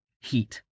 Heat